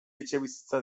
etxebizitza